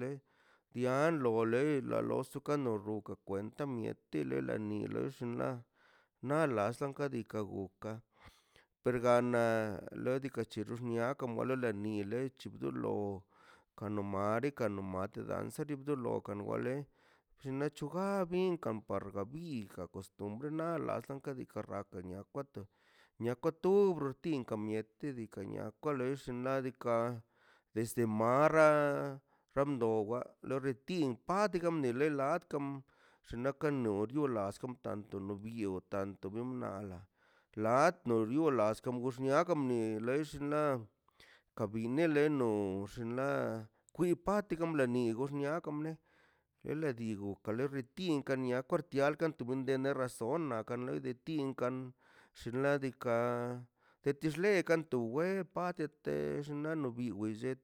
lia wa lex osa ka no lo runkan ta mieti lel la ni nox la nal las le kan ka dika gun ka per gana le dika chu gaxniakan wala la niene chidolo kano mari kano nate lanzeria bdokan wale xinachu gan binkan par ga binkan got costumbre la laslika la kosrakan liakwato niakwa tu tinkan mieti tu ka niaka lkwalex xnaꞌ diikaꞌ desde marzo ramdowa loi ritin par dinde lai xnaka lio lo laska tanto lo vio tanto nu nala nat no liolas kunguxniaka li lex lia kabino leno le xinla kut pat lena nu nele ruga elene tinka nia kwarti razona del tinkan nadika de tix lekan watux len padetex xna lo vi llet